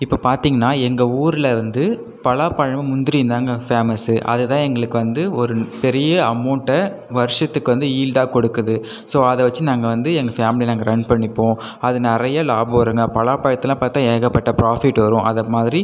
இப்போ பார்த்தீங்னா எங்கள் ஊரில் வந்து பலாப்பழமும் முந்திரியும் தாங்க பேமஸு அது தான் எங்களுக்கு வந்து ஒரு பெரிய அமௌன்ட்டை வருஷத்துக்கு வந்து ஈல்டாக கொடுக்குது ஸோ அதைவச்சி நாங்கள் வந்து எங்கள் ஃபேமிலியை நாங்கள் ரன் பண்ணிப்போம் அது நிறையா லாபம் வருங்க பலாபழத்தலாம் பார்த்தா ஏகப்பட்ட ப்ராஃபிட் வரும் அத மாதிரி